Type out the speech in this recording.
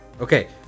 Okay